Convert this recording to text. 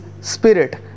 spirit